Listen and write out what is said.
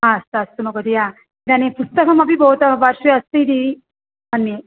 ह अस्तु अस्तु महोदय इदानीं पुस्तकमपि भवतः पार्श्वे अस्ति इति मन्ये